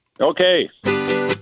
Okay